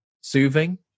soothing